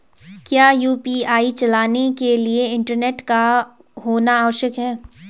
क्या यु.पी.आई चलाने के लिए इंटरनेट का होना आवश्यक है?